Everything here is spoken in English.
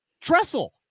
trestle